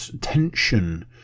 Tension